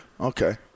Okay